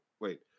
wait